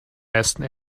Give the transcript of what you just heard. meisten